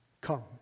come